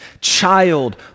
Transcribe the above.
child